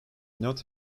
not